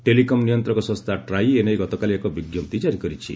telecom ନିୟନ୍ତ୍ରକ ସଂସ୍ଥା ଟ୍ରାଇ ଏ ନେଇ ଗତକାଲି ଏକ ବିଙ୍କପ୍ତି ଜାରୀ କରିଛି